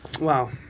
Wow